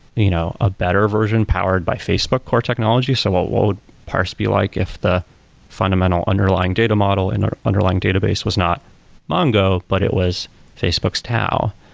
you know a better version powered by facebook core technology, so what what would parse be like if the fundamental underlying data model in our underlying database was not mongo, but it was facebook's tao.